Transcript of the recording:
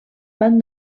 van